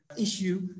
issue